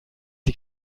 sie